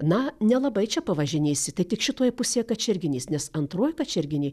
na nelabai čia pavažinėsi tai tik šitoj pusėje kačerginės nes antroj kačerginėj